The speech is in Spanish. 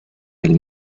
del